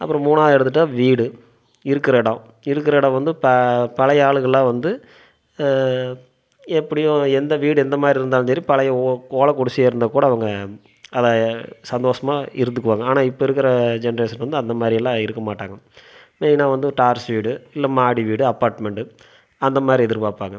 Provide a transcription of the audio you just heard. அப்புறம் மூணாவது எடுத்துட்டால் வீடு இருக்கிற இடம் இருக்கிற இடம் வந்து இப்போ பழையை ஆளுகெல்லாம் வந்து எப்படியும் எந்த வீடு எந்த மாதிரி இருந்தாலும் சரி பழையை ஓ ஓலை குடிசையாக இருந்தால் கூட அவங்க அதை சந்தோசமாக இருந்துக்குவாங்க ஆனால் இப்போ இருக்கிற ஜென்ட்ரேஷன் வந்து அந்த மாதிரியெல்லாம் இருக்க மாட்டாங்க மெயினாக வந்து தார்ஸ் வீடு இல்லை மாடி வீடு அப்பார்ட்மெண்ட்டு அந்த மாதிரி எதிர்பாப்பாங்க